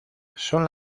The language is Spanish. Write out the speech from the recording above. son